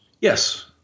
Yes